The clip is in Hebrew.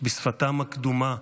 בשפתם הקדומה,